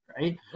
right